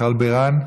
מיכל בירן,